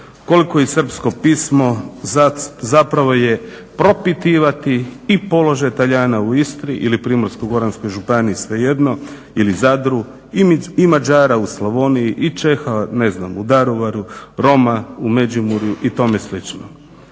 koliko i srpsko pismo zapravo je propitivati i položaj Talijana u Istri ili Primorsko-goranskoj županiji svejedno ili Zadru, i Mađara u Slavoniji i Čeha ne znam u Daruvaru, Roma u Međimurju i tome